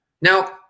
Now